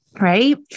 right